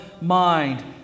mind